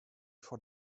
for